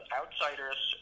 outsiders